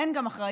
הן גם אחראיות